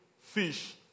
fish